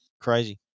crazy